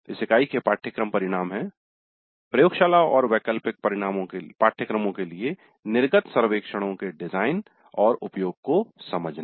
इस इकाई के पाठ्यक्रम परिणाम है "प्रयोगशाला और वैकल्पिक पाठ्यक्रमों के लिए निर्गत सर्वेक्षणों के डिजाइन और उपयोग को समझना